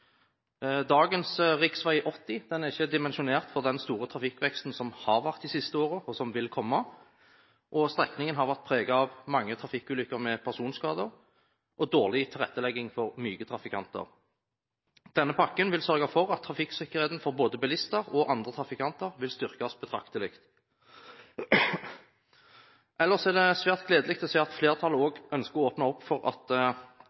Dagens rv. 80 er ikke dimensjonert for den store trafikkveksten som har vært de siste årene, og som vil komme, og strekningen har vært preget av mange trafikkulykker med personskader og dårlig tilrettelegging for myke trafikanter. Denne pakken vil sørge for at trafikksikkerheten for både bilister og andre trafikanter vil styrkes betraktelig. Ellers er det svært gledelig å se at flertallet også ønsker å åpne opp for at